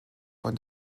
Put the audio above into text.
von